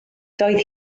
doedd